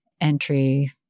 entry